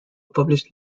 published